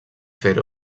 fer